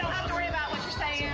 worry about what you're saying yeah